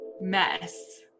mess